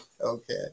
Okay